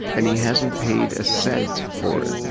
and he hasn't paid a cent for it,